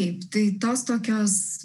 taip tai tos tokios